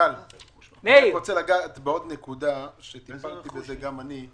אני רוצה לגעת בעוד נקודה, שגם אני טיפלתי בה.